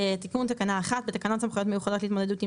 תיקון תקנה 11. תקנות סמכויות מיוחדות להתמודדות עם